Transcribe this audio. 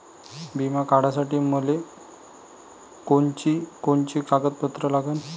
बिमा काढासाठी मले कोनची कोनची कागदपत्र लागन?